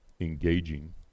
engaging